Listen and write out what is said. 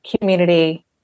community